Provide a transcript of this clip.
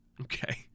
Okay